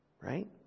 Right